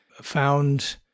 found